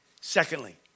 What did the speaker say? Secondly